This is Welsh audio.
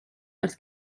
wrth